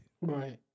Right